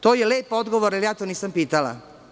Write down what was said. To je lep odgovor, ali ja to nisam pitala.